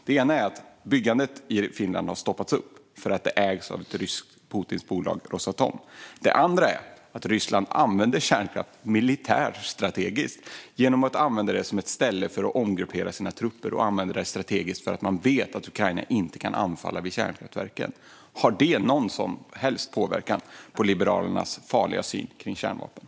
Det ena är att ett kärnkraftsprojekt i Finland har stoppats eftersom det ägs av ett ryskt bolag, Putins Rosatom. Det andra är att Ryssland använder kärnkraftverk militärstrategiskt som ett ställe att omgruppera sina trupper eftersom man vet att Ukraina inte kan anfalla vid kärnkraftverken. Har detta någon som helst påverkan på Liberalernas farliga syn på kärnkraft?